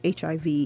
HIV